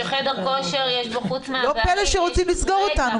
שבחדר כושר יש --- לא פלא שרוצים לסגור אותנו,